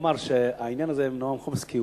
ואומר שהעניין הזה עם נועם חומסקי הוא